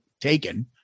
taken